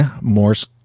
morse